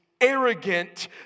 arrogant